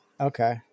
Okay